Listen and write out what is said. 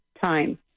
time